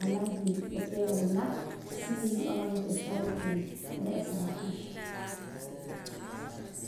janaj winaq sí rib'an manifestar lo que re' sa waakax.